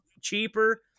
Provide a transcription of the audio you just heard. cheaper